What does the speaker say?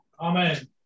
Amen